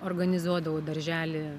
organizuodavau daržely